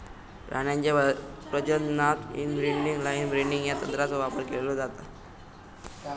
प्राण्यांच्या प्रजननात inbreeding line breeding या तंत्राचो वापर केलो जाता